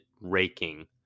raking